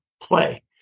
play